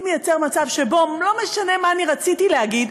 יוצר מצב שלא משנה מה אני רציתי להגיד,